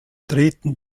treten